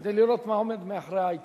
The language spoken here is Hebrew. כדי לראות מה עומד מאחורי ההתנגדות.